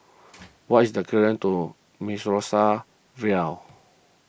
what is the document to Mimosa Vale